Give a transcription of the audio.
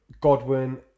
Godwin